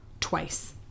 twice